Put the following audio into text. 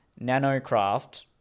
nanocraft